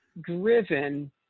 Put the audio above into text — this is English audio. driven